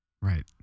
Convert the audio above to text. Right